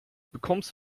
bekommst